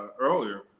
earlier